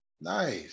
Nice